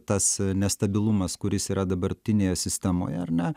tas nestabilumas kuris yra dabartinėje sistemoje ar ne